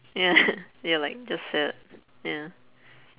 ya ya like just sad ya